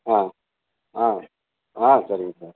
ஆ ஆ ஆ சரிங்க சார்